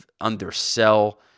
undersell